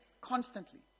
constantly